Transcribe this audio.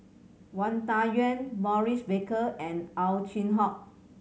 Wang Dayuan Maurice Baker and Ow Chin Hock